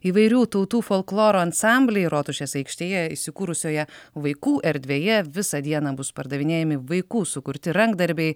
įvairių tautų folkloro ansambliai rotušės aikštėje įsikūrusioje vaikų erdvėje visą dieną bus pardavinėjami vaikų sukurti rankdarbiai